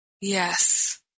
Yes